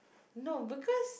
no because